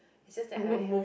it's just that I ha~